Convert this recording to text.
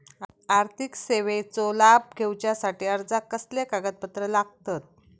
आर्थिक सेवेचो लाभ घेवच्यासाठी अर्जाक कसले कागदपत्र लागतत?